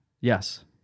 Yes